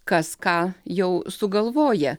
kas ką jau sugalvoja